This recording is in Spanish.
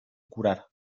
curar